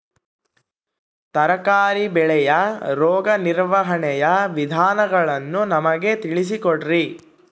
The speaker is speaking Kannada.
ತರಕಾರಿ ಬೆಳೆಯ ರೋಗ ನಿರ್ವಹಣೆಯ ವಿಧಾನಗಳನ್ನು ನಮಗೆ ತಿಳಿಸಿ ಕೊಡ್ರಿ?